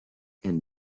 and